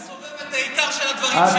אתה מסובב את העיקר של הדברים שלי.